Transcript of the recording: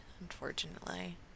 unfortunately